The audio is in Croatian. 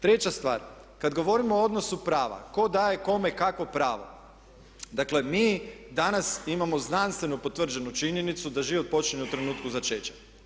Treća stvar, kad govorimo u odnosu prava tko daje kome kakvo pravo, dakle, mi danas imamo znanstveno potvrđenu činjenicu da život počinje u trenutku začeća.